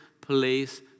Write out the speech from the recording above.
place